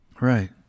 Right